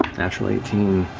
natural eighteen.